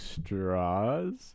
straws